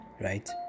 right